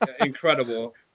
incredible